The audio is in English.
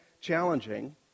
challenging